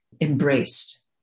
embraced